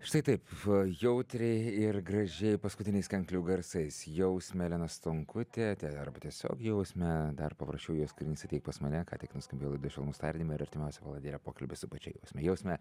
štai taip a jautriai ir graži paskutiniais kanklių garsais jausme elena stonkutė tai arba tiesiog jausme dar paprašiau jos karins ateik pas mane ką tik nuskambėjo laidoje švelnus tardyme ir artimiausią valandėlę pokalbis su pačia jausme jausme